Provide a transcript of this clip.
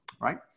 right